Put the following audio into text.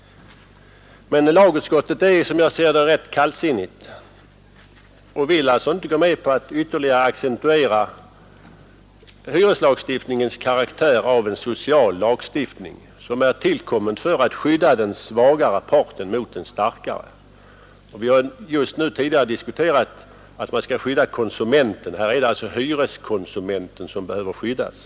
Men lagutskottet är, som jag ser det, rätt kallsinnigt och vill alltså inte gå med på att ytterligare accentuera hyreslagstiftningens karaktär av en social lagstiftning, som är tillkommen för att skydda den svagare parten mot den starkare. Vi har just diskuterat hur man skall skydda konsumenten, och här är det alltså hyreskonsumenten som behöver skyddas.